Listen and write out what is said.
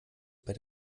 bei